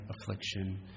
affliction